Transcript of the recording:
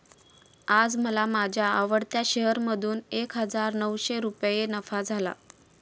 आज मला माझ्या आवडत्या शेअर मधून एक हजार नऊशे रुपये नफा झाला